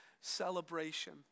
celebration